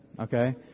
okay